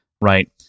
right